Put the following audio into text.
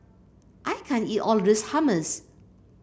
I can't eat all of this Hummus